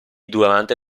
durante